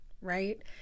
right